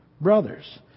brothers